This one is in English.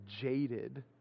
jaded